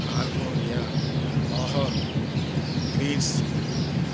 California Lahore Greece